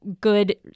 good